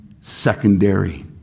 secondary